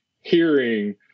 hearing